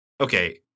Okay